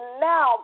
now